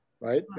right